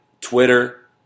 Twitter